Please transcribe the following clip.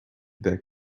back